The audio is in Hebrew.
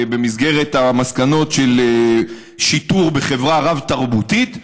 במסגרת המסקנות של שיטור בחברה רב-תרבותית,